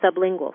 sublingual